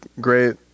great